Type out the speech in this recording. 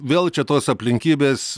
vėl čia tos aplinkybės